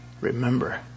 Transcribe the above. Remember